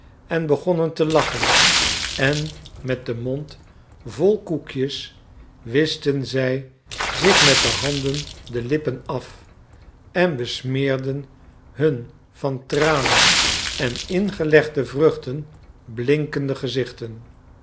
en begonnen te lachen en met den mond vol koekjes wischten zij zich met de handen de lippen af en besmeerden hun van tranen en ingelegde vruchten blinkende gezichten